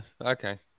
okay